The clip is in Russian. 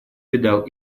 видал